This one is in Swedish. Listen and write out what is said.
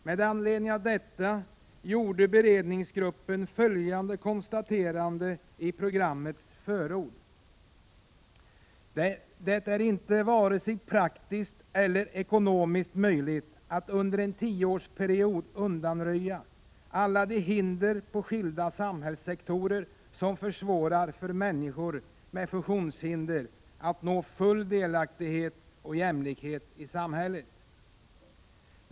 Med anledning av detta gjorde beredningsgruppen följande konstaterande i programmets förord: Det är inte vare sig praktiskt eller ekonomiskt möjligt att under en tioårsperiod undanröja alla de hinder inom olika samhällssektorer som försvårar för människor med funktionshinder att nå full delaktighet och jämlikhet i samhället.